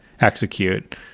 execute